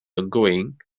ongoing